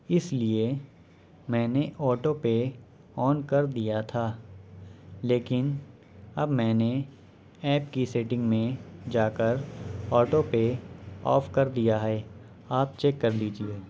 اس لیے میں نے آٹو پے آن کر دیا تھا لیکن اب میں نے ایپ کی سیٹنگ میں جا کر آٹو پے آف کر دیا ہے آپ چیک کر لیجیے